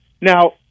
Now